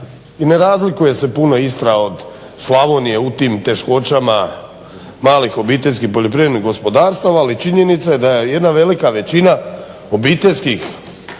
i ne razlikuje se puno Istra od Slavonije u tim teškoćama malih obiteljskih poljoprivrednih gospodarstava ali činjenica je da je jedna velika većina obiteljskih